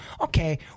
okay